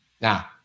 Now